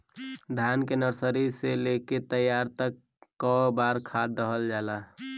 धान के नर्सरी से लेके तैयारी तक कौ बार खाद दहल जाला?